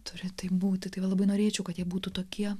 turi taip būti tai labai norėčiau kad jie būtų tokie